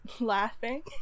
Laughing